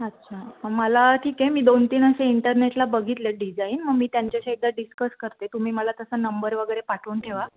अच्छा मला ठीक आहे मी दोन तीन असे इंटरनेटला बघितलेत डिजाईन मग मी त्यांच्याशी एकदा डिस्कस करते तुम्ही मला तसा नंबर वगैरे पाठवून ठेवा